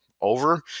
over